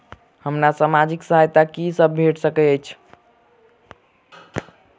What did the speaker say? हमरा सामाजिक सहायता की सब भेट सकैत अछि?